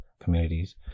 communities